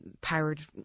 powered